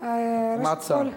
כמעט שר.